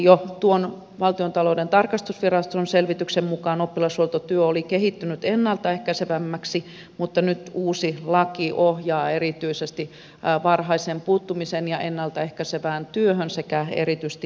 jo valtiontalouden tarkastusviraston selvityksen mukaan oppilashuoltotyö oli kehittynyt ennalta ehkäisevämmäksi mutta nyt uusi laki ohjaa erityisesti varhaiseen puuttumiseen ja ennalta ehkäisevään työhön sekä erityisesti yhteisöllisyyteen